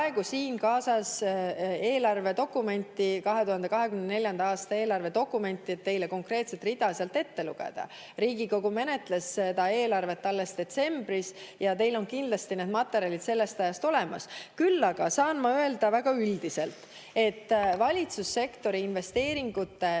siin kaasas 2024. aasta eelarvedokumenti, et teile konkreetset rida sealt ette lugeda. Riigikogu menetles seda eelarvet alles detsembris ja teil on kindlasti need materjalid sellest ajast olemas. Küll aga saan ma öelda väga üldiselt, et riigieelarves on riigi investeeringute